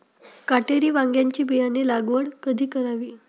काटेरी वांग्याची बियाणे लागवड कधी करावी?